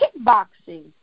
kickboxing